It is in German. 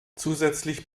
zusätzlich